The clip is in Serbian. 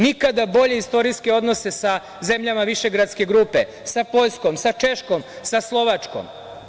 Nikada bolje istorijske odnose sa zemljama Višegradske grupe, sa Poljskom, sa Češkom, sa Slovačkom.